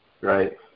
right